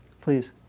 Please